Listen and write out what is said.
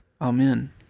Amen